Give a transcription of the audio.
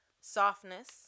Softness